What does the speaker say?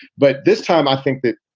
but this time, i think that